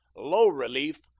low relief,